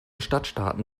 stadtstaaten